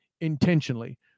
intentionally